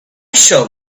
shall